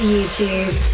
YouTube